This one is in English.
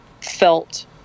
felt